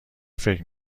فکر